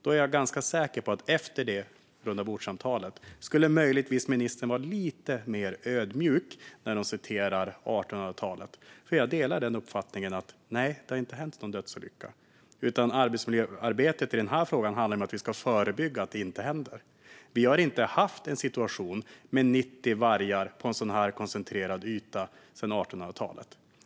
Jag är ganska säker på att ministern efter det rundabordssamtalet skulle vara lite mer ödmjuk med att hänvisa till 1800-talet. Jag delar uppfattningen att det inte har hänt någon dödsolycka, men arbetsmiljöarbetet i den här frågan ju handlar om att vi ska förebygga att det händer. Vi har inte haft en situation med 90 vargar på en så här koncentrerad yta sedan 1800-talet.